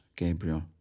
Gabriel